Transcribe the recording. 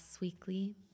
weekly